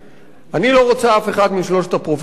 אני לא רוצה אף אחד משלושת הפרופסורים האלה,